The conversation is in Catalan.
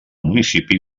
municipi